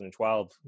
2012